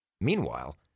Meanwhile